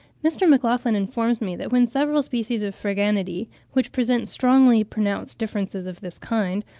mr. maclachlan informs me that when several species of phryganidae, which present strongly-pronounced differences of this kind,